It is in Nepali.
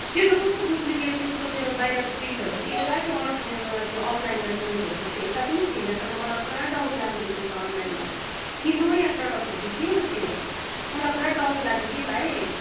त्यो त कस्तो डुप्लिकेट त्यसको त्यो बाहिरको प्रिन्टहरू पनि एउटा त्यो अरिजिनलसँग त्यो अफलाइनमा किनेकोहरू जस्तो एउटा पनि थिएन त मलाई पुरा डाउट लागेको थियो त्यो त अनलाइनमा कि नयाँ प्रडक्ट हो कि के हो त्यो मलाई पुरा डाउट लाग्यो कि भाइ